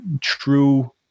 true